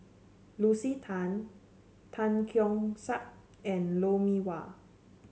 Lucy Tan Tan Keong Saik and Lou Mee Wah